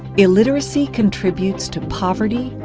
illiteracy contributes to poverty,